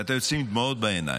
ואתה יוצא עם דמעות בעיניים.